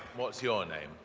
what's your name?